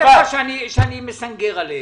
מה אכפת לך שאני מסנגר עליהם.